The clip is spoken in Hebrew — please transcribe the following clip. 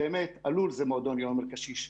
הלול הוא מועדון היום לקשיש.